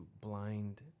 blind